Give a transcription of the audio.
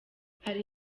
hari